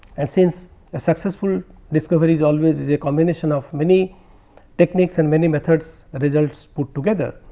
and since a successful discoveries always is a combination of many techniques and many methods results put together.